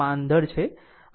15 છે